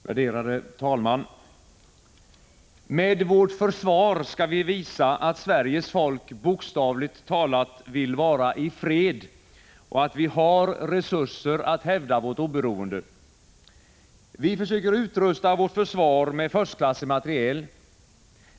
Herr talman! Med vårt försvar skall vi visa att Sveriges folk bokstavligt talat vill vara i fred och att vi har resurser att hävda vårt oberoende. Vi försöker utrusta vårt försvar med förstklassig materiel.